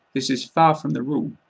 this is far from the rule.